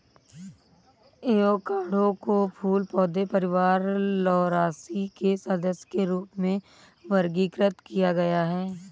avocado को फूल पौधे परिवार लौरासी के सदस्य के रूप में वर्गीकृत किया गया है